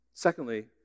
Secondly